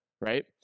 right